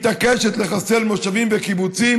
מתעקשת לחסל מושבים וקיבוצים